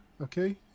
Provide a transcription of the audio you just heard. Okay